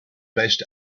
best